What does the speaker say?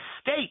state